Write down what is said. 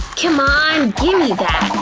c'mon, gimme that!